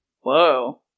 Whoa